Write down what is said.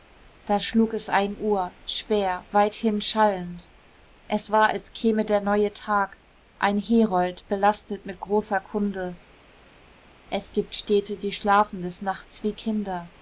da schlug es ein uhr schwer weithin schallend es war als käme der neue tag ein herold belastet mit großer kunde es gibt städte die schlafen des nachts wie kinder